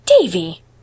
Davy